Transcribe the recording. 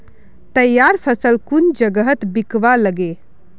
तैयार फसल कुन जगहत बिकवा लगे?